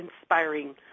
inspiring